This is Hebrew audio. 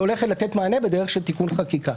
הולכת לתת מענה בדרך של תיקון חקיקה.